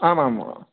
आम् आम्